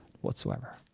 whatsoever